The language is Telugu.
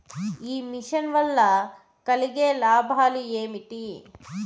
ఈ మిషన్ వల్ల కలిగే లాభాలు ఏమిటి?